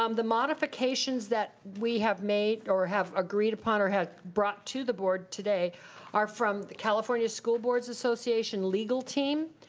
um modifications that we have made or have agreed upon or have brought to the board today are from the california school boards association legal team.